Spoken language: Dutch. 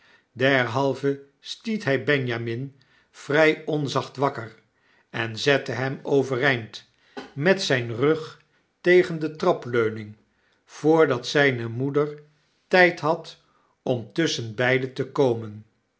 derhalve stiet hy benjamin vry onzacht wakker enzettehem overeind met zijn rug tegen de trapleuning voordat zyne moeder tyd had om tusschen beiden te komen